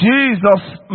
Jesus